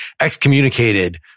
excommunicated